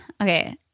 Okay